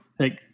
Take